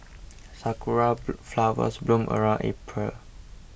sakura flowers bloom around April